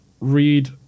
read